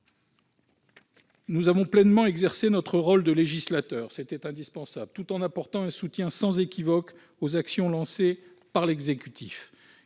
Nous avons pleinement exercé notre rôle de législateur- cela était indispensable -, tout en apportant un soutien sans équivoque aux actions lancées par l'exécutif.